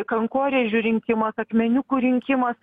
kankorėžių rinkimas akmeniukų rinkimas